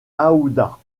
aouda